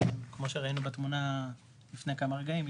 כמו שראינו בתמונה לפני כמה רגעים,